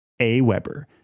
AWeber